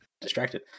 Distracted